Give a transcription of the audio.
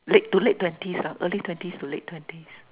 late to late twenties uh early twenties to late twenties